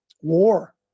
war